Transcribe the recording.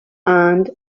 and